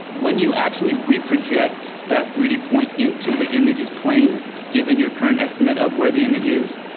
when you actually re-project that three d point into the image's plane given your current estimate of where the image is,